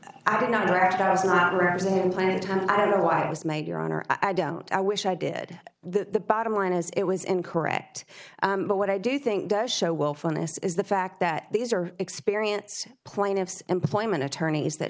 planted i don't know what it was made your honor i don't i wish i did the bottom line is it was incorrect but what i do think does show willfulness is the fact that these are experience plaintiff's employment attorneys that